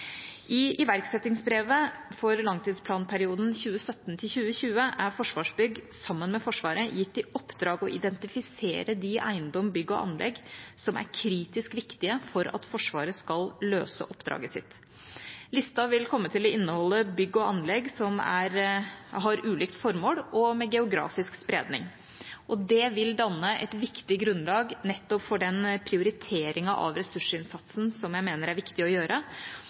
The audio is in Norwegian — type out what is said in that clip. I iverksettingsbrevet for langtidsplanperioden 2017–2020 er Forsvarsbygg sammen med Forsvaret gitt i oppdrag å identifisere de eiendommer, bygg og anlegg som er kritisk viktige for at Forsvaret skal løse oppdraget sitt. Lista vil komme til å inneholde bygg og anlegg som har ulikt formål og med geografisk spredning. Det vil danne et viktig grunnlag nettopp for den prioriteringen av ressursinnsatsen som jeg mener det er viktig å gjøre,